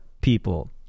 people